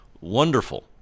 wonderful